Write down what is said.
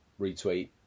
retweet